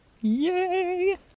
Yay